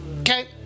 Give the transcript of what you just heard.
Okay